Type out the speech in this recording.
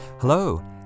Hello